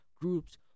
groups